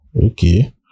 okay